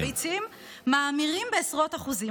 והביצים מאמירים בעשרות אחוזים.